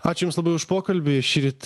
ačiū jums labai už pokalbį šįryt